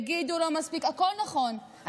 יגידו "לא מספיק" הכול נכון,